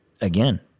again